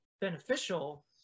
beneficial